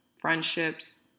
Friendships